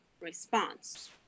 response